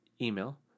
email